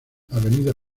avenida